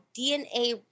DNA